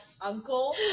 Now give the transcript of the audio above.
uncle